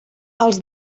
els